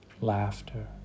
laughter